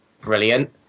Brilliant